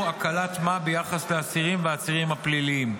הקלת מה ביחס לאסירים והעצירים הפליליים.